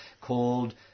called